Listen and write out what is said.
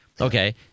Okay